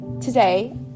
Today